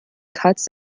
cuts